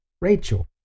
Rachel